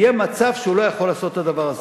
יהיה מצב שהוא לא יכול לעשות את הדבר הזה.